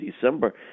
December